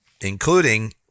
including